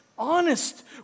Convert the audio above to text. Honest